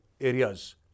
areas